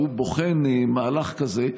שהוא בוחן מהלך כזה.